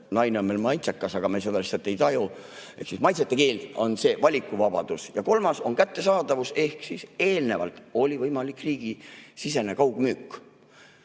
Naine on meil maitsekas, aga me seda lihtsalt ei taju. Ehk siis maitsete keel on see valikuvabadus. Ja kolmas on kättesaadavus. Varem oli võimalik riigisisene kaugmüük.